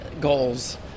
goals